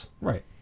Right